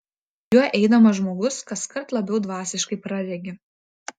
juo eidamas žmogus kaskart labiau dvasiškai praregi